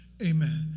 Amen